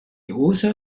also